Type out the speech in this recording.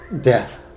death